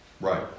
Right